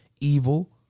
evil